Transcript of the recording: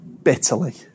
bitterly